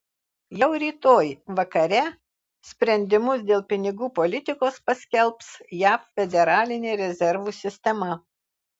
jau rytoj vakare sprendimus dėl pinigų politikos paskelbs jav federalinė rezervų sistema